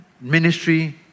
ministry